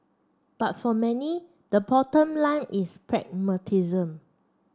but for many the bottom line is pragmatism